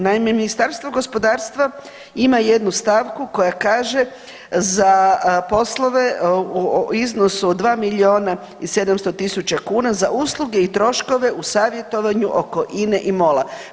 Naime, Ministarstvo gospodarstva ima jednu stavku koja kaže: za poslove u iznosu od 2 miliona i 700 tisuća kuna za usluge i troškove u savjetovanju oko Ine i Mol-a.